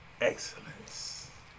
excellence